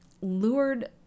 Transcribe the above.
lured